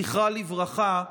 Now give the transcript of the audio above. זכרה לברכה,